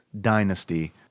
dynasty